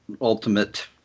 ultimate